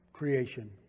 creation